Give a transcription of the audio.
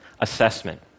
Assessment